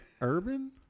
Urban